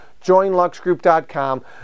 joinluxgroup.com